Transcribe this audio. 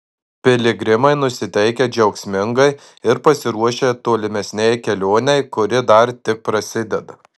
piligrimai nusiteikę džiaugsmingai ir pasiruošę tolimesnei kelionei kuri dar tik prasideda